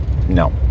No